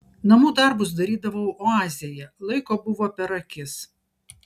namų darbus darydavau oazėje laiko buvo per akis